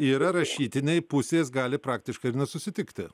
yra rašytiniai pusės gali praktiškai ir nesusitikti